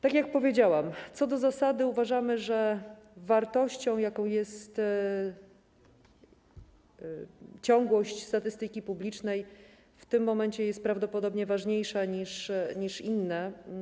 Tak jak powiedziałam, co do zasady uważamy, że wartość, jaką jest ciągłość statystyki publicznej, w tym momencie jest prawdopodobnie ważniejsza niż inne.